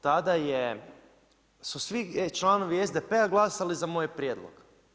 Tada su svi članovi SDP-a glasali za moj prijedlog.